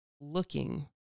looking